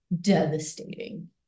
devastating